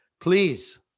Please